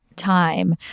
time